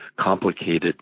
complicated